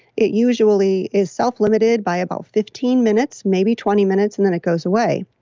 it usually is self-limited by about fifteen minutes, maybe twenty minutes and then it goes away.